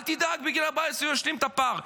אל תדאג, בגיל 14 הוא ישלים את הפער.